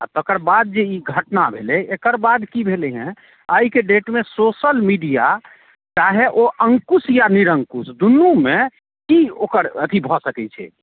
आ तकर बाद जे ई घटना भेलै एकर बाद की भेलैए आइके डेटमे सोशल मीडिया चाहे ओ अंकुश या निरंकुश दुनूमे की ओकर अथि भऽ सकैत छै